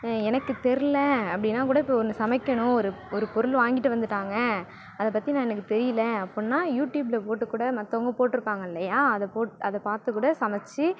எனக்கு தெரில அப்படின்னா கூட இப்போ ஒன்று சமைக்கணும் ஒரு ஒரு பொருள் வாங்கிட்டு வந்துட்டாங்க அதை பற்றி நான் எனக்கு தெரியல அப்புடின்ன யூடியூப்ல போட்டு கூட மத்தவங்க போட்டிருப்பாங்க இல்லையா அத போட் அதை பார்த்து கூட சமைச்சி